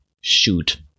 Shoot